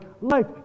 life